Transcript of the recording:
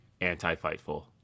anti-fightful